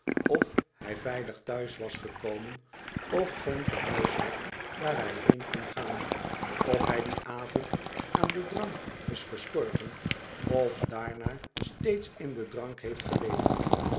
f hij veilig thuis was gekomen f geen tehuis had waar hij heen kon gaan f hij dien avond aan den drank is gestorven of daarna steeds in den drank heeft geleefd